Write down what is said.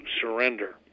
surrender